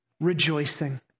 rejoicing